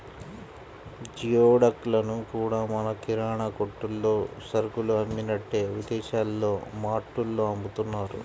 geoduck లను కూడా మన కిరాణా కొట్టుల్లో సరుకులు అమ్మినట్టే విదేశాల్లో మార్టుల్లో అమ్ముతున్నారు